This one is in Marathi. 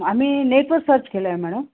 आम्ही नेटवर सर्च केला आहे मॅडम